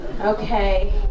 Okay